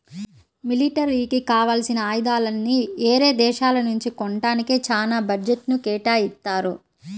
మిలిటరీకి కావాల్సిన ఆయుధాలని యేరే దేశాల నుంచి కొంటానికే చానా బడ్జెట్ను కేటాయిత్తారు